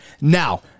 Now